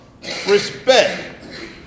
respect